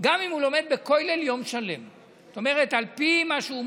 גם אם הוא לומד בכולל יום שלם.